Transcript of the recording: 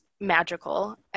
magical